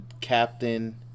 captain